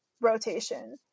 rotation